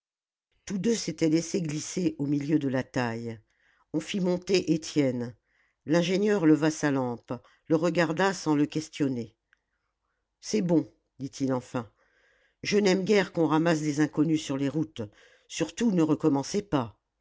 tous deux s'étaient laissés glisser au milieu de la taille on fit monter étienne l'ingénieur leva sa lampe le regarda sans le questionner c'est bon dit-il enfin je n'aime guère qu'on ramasse des inconnus sur les routes surtout ne recommencez pas